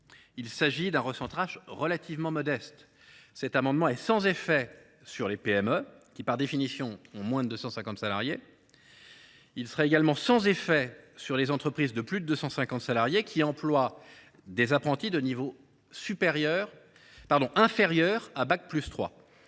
Il s’agit d’un recentrage relativement modeste. Ainsi, l’adoption de cet amendement serait sans effet sur les PME qui, par définition emploient moins de 250 salariés. Elle serait également sans effet sur les entreprises de plus de 250 salariés qui emploient des apprentis de niveau inférieur à bac+3,